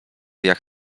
jak